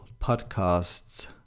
podcasts